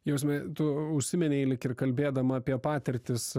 jausme tu užsiminei lyg ir kalbėdama apie patirtis